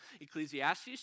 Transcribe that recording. Ecclesiastes